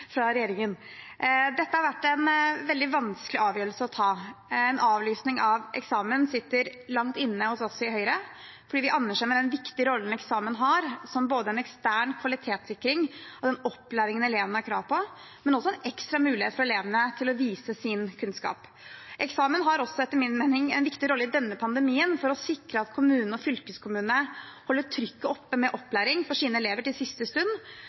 fra regjeringen. Dette har vært en veldig vanskelig avgjørelse å ta. En avlysning av eksamen sitter langt inne hos oss i Høyre, fordi vi anerkjenner den viktige rollen eksamen har, både som en ekstern kvalitetssikring av den opplæringen elevene har krav på, og som en ekstra mulighet for elevene til å vise sin kunnskap. Eksamen har også, etter min mening, en viktig rolle i denne pandemien for å sikre at kommunene og fylkeskommunene holder trykket oppe med opplæring for sine elever til siste stund.